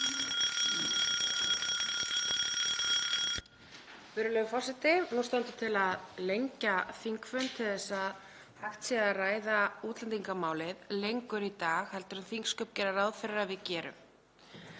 Virðulegur forseti. Nú stendur til að lengja þingfund til að hægt sé að ræða útlendingamálið lengur í dag en þingsköp gera ráð fyrir að við gerum.